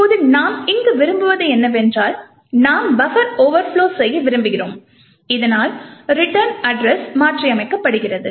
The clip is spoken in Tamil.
இப்போது நாம் இங்கு விரும்புவது என்னவென்றால் நாம் பஃபர் ஓவர்ப்லொ செய்ய விரும்புகிறோம் இதனால் ரிட்டர்ன் அட்ரஸ் மாற்றியமைக்கப்படுகிறது